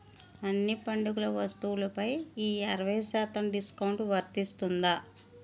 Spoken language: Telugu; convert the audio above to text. అన్ని పండుగ వస్తువులపై ఈ అరవై శాతం డిస్కౌంట్ వర్తిస్తుందా